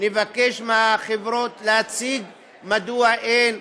נבקש מהחברות להציג מדוע אין,